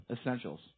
essentials